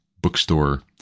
bookstore